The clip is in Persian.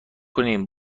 کنیم